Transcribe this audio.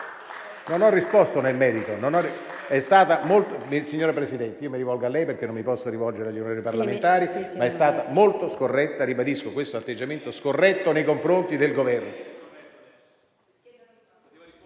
Non ho risposto nel merito. Signor Presidente, mi rivolgo a lei perché non mi posso rivolgere agli onorevoli senatori, ma è stata molto scorretta. Ribadisco che questo atteggiamento è stato scorretto nei confronti del Governo.